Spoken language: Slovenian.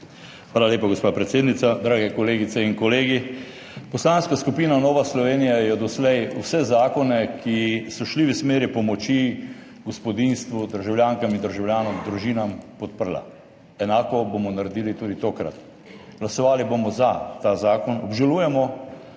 Hvala lepa, gospa predsednica. Drage kolegice in kolegi! Poslanska skupina Nova Slovenija je doslej vse zakone, ki so šli v smeri pomoči gospodinjstvu, državljankam in državljanom, družinam podprla. Enako bomo naredili tudi tokrat. Glasovali bomo za ta zakon. Obžalujemo,